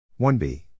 1b